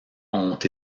ont